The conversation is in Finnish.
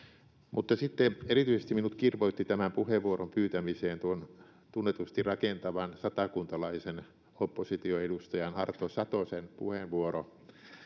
sitten erityisesti minut kirvoitti tämän puheenvuoron pyytämiseen tuon tunnetusti rakentavan satakuntalaisen oppositioedustajan arto satosen puheenvuoro